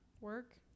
work